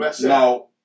now